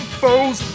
foes